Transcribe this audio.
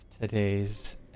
today's